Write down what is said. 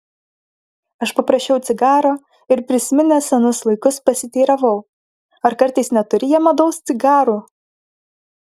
aš paprašiau cigaro ir prisiminęs senus laikus pasiteiravau ar kartais neturi jie medaus cigarų